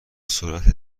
سرعت